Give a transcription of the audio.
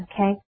okay